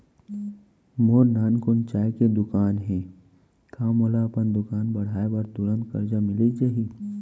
मोर नानकुन चाय के दुकान हे का मोला अपन दुकान बढ़ाये बर तुरंत करजा मिलिस जाही?